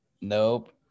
Nope